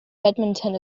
badminton